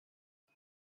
giờ